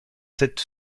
cette